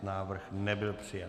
Návrh nebyl přijat.